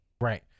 Right